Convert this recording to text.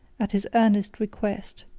at his earnest request,